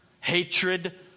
hatred